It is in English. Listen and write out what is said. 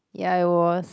ya it was